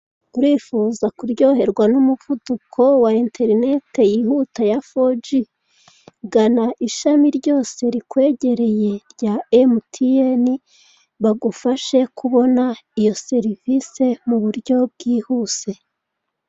Urifuza kuryoherwa n'umuvuduko wa enterinete yihuta ya foji gana ishami ryose rikwegereye rya MTN bagufashe kubona iyo serivise muburyo bwihuse.